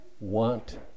want